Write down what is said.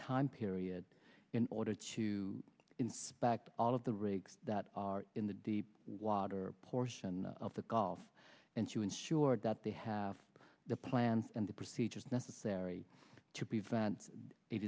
time period in order to back to all of the rigs that are in the deep water portion of the gulf and to ensure that they have the plans and the procedures necessary to prevent a